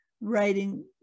writing